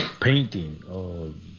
Painting